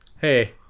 Hey